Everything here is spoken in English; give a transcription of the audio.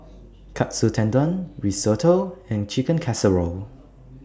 Katsu Tendon Risotto and Chicken Casserole